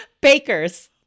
bakers